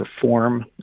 perform